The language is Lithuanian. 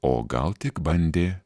o gal tik bandė